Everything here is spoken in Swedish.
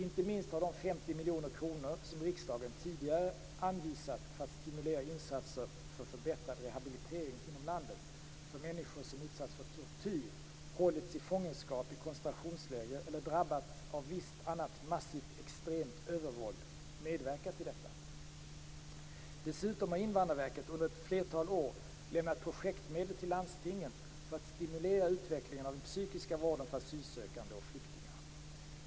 Inte minst har de 50 miljoner kronor som riksdagen tidigare anvisat för att stimulera insatser för förbättrad rehabilitering inom landet för människor som utsatts för tortyr, hållits i fångenskap i koncentrationsläger eller drabbats av visst annat massivt extremt övervåld medverkat till detta. Dessutom har Invandrarverket under ett flertal år lämnat projektmedel till landstingen för att stimulera utvecklingen av den psykiatriska vården för asylsökande och flyktingar.